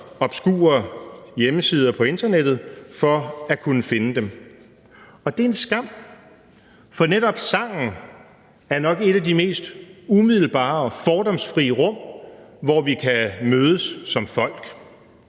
obskure hjemmesider på internettet for at kunne finde dem. Det er en skam, for netop sangen er nok et af de mest umiddelbare og fordomsfrie rum, hvor vi kan mødes som folk.